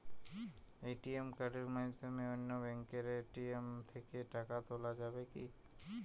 ATM কার্ডের মাধ্যমে অন্য ব্যাঙ্কের এ.টি.এম থেকে টাকা তোলা যাবে কি?